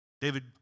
David